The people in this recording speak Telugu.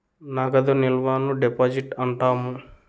నగదు నిల్వను డిపాజిట్ అంటాము